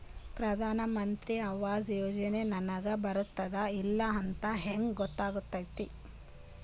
ಪ್ರಧಾನ ಮಂತ್ರಿ ಆವಾಸ್ ಯೋಜನೆ ನನಗ ಬರುತ್ತದ ಇಲ್ಲ ಅಂತ ಹೆಂಗ್ ಗೊತ್ತಾಗತೈತಿ?